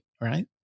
right